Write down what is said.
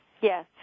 Yes